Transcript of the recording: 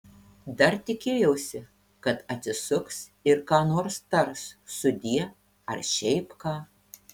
dar tikėjausi kad atsisuks ir ką nors tars sudie ar šiaip ką